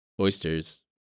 oysters